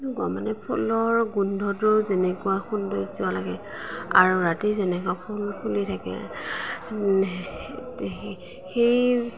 মই মানে ফুলৰ গোন্ধটো যেনেকুৱা সৌন্দৰ্য লাগে আৰু ৰাতি যেনেকুৱা ফুল ফুলি থাকে সেই